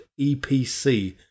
EPC